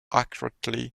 accurately